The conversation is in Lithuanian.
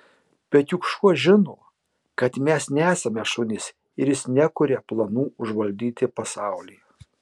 bet juk šuo žino kad mes nesame šunys ir jis nekuria planų užvaldyti pasaulį